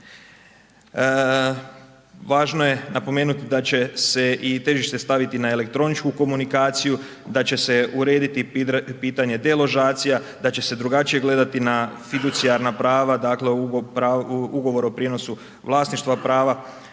Važno je napomenuti da će s i težište staviti na elektroničku komunikaciju, da će se urediti pitanje deložacija, da će se drugačije gledati na fiducijarna prava, dakle ugovor o prijenosu vlasništva prava.